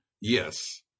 Yes